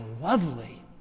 lovely